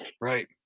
right